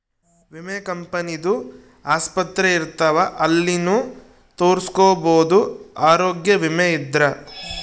ವಿಮೆ ಕಂಪನಿ ದು ಆಸ್ಪತ್ರೆ ಇರ್ತಾವ ಅಲ್ಲಿನು ತೊರಸ್ಕೊಬೋದು ಆರೋಗ್ಯ ವಿಮೆ ಇದ್ರ